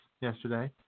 yesterday